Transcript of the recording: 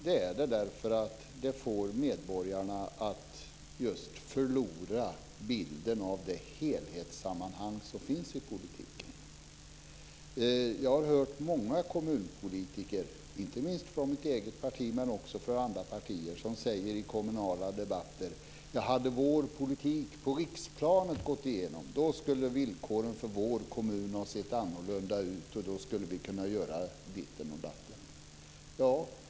Det är det därför att det får medborgarna att just förlora bilden av det helhetssammanhang som finns i politiken. Jag har hört många kommunpolitiker, inte minst från mitt eget parti men också från andra partier, säga i kommunala debatter att om deras politik på riksplanet hade gått igenom skulle villkoren för kommunen ha sett annorlunda ut och då skulle man ha kunnat göra ditt och datt.